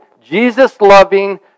Jesus-loving